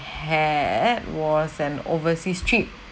had was an overseas trip